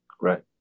Right